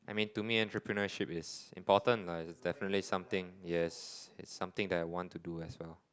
I mean to me entrepreneurship is important lah it's definitely something yes it's something that I want to do as well